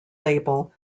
label